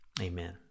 Amen